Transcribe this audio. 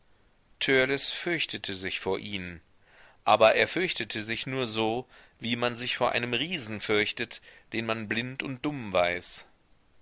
fürchtete sich vor ihnen aber er fürchtete sich nur so wie man sich vor einem riesen fürchtet den man blind und dumm weiß